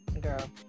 Girl